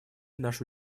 нашу